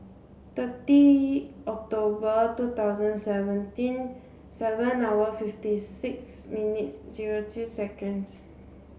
thirty October two thousand seventeen seven hours fifty six minutes zero two seconds